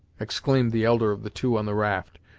exclaimed the elder of the two on the raft,